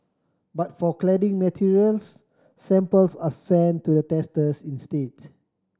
but for cladding materials samples are sent to the testers instead